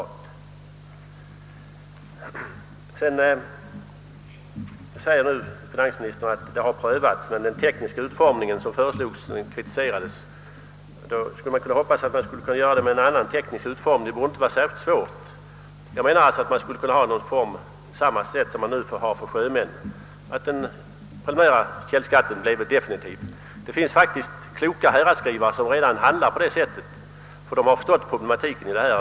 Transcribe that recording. Finansministern säger att frågan om definitiv källskatt prövas av en utredning men att den tekniska utformning som utredningen föreslog utsattes för kritik under remissbehandlingen. Det borde emellertid inte vara särskilt svårt att åstadkomma en praktisk metod för att göra källskatten definitiv, såsom fallet nu är när det gäller sjömän. Det finns faktiskt kloka häradsskrivare, som redan nu ser till att källskatten för dessa utländska arbetstagare blir definitiv.